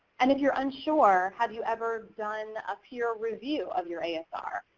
and if you're unsure, have you ever done a peer review of your asr?